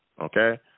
Okay